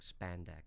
spandex